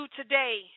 today